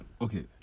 Okay